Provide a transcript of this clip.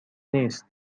نیست